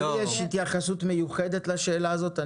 יש לי התייחסות מיוחדת לשאלה הזאת.